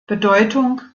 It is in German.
bedeutung